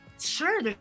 Sure